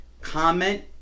comment